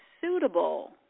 suitable